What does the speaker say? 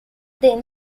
then